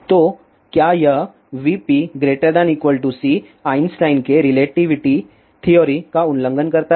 तो क्या यह vp≥c आइंस्टीन के रिलेटिविटी थ्योरी का उल्लंघन करता है